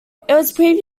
previously